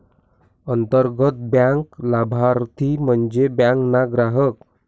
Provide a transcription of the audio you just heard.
अंतर्गत बँक लाभारती म्हन्जे बँक ना ग्राहक